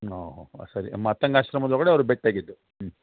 ಓಹೋಹೋ ಸರಿ ಮಾತಂಗ ಆಶ್ರಮದೊಳಗಡೆ ಅವ್ರು ಭೇಟಿಯಾಗಿದ್ದು ಹ್ಞೂ